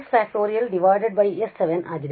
S 7 ಆಗಿದೆ